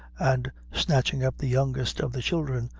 and snatching up the youngest of the children,